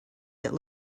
that